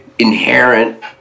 Inherent